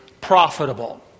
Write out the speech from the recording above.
profitable